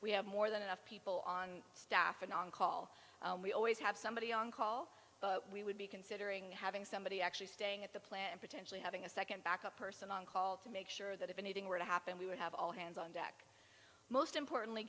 we have more than enough people on staff and on call we always have somebody on call but we would be considering having somebody actually staying at the plant and potentially having a second backup person on call to make sure that if anything were to happen we would have all hands on deck most importantly